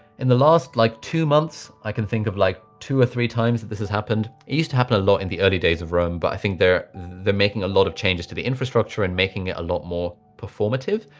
in the last like two months i can think of like two or three, times that this has happened. it used to happen a lot in the early days of roam. but i think they're making a lot of changes to the infrastructure and making it a lot more performative.